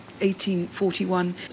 1841